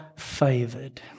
Favored